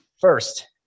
first